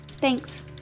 Thanks